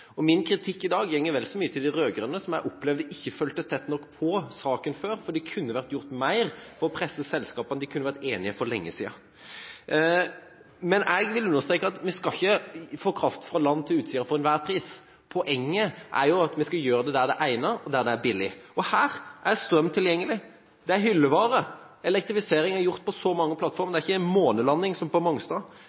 kunne vært gjort mer for å presse selskapene. De kunne vært enige for lenge siden. Men jeg vil understreke at vi skal ikke få kraft fra land til Utsira for enhver pris. Poenget er at vi skal gjøre det der det er egnet, og der det er billig, og her er strøm tilgjengelig – det er hyllevare. Elektrifisering er gjort på så mange plattformer, det er ikke en månelanding, som på Mongstad,